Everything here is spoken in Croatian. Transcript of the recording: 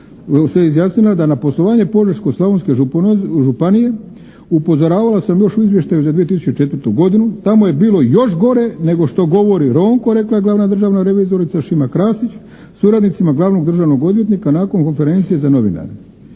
se izjasnila da na poslovanje Požeško-slavonske županije upozoravala sam još u izvještaju za 2004. godinu, tamo je bilo još gore nego što govori Ronko, rekla je glavna državna revizorica Šima Krasić suradnicima glavnog državnog odvjetnika nakon konferencije za novinare.